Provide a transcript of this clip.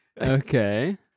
Okay